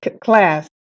class